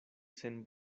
sen